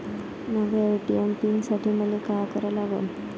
नव्या ATM PIN साठी मले का करा लागन?